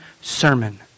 sermon